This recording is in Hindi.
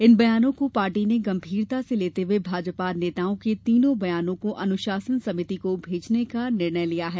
इन बयानों को पार्टी ने गंभीरता से लेते हए भाजपा नेताओं के तीनों बयानों को अनुशासन समिति को भेजने का निर्णय लिया है